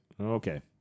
Okay